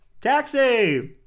taxi